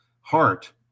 heart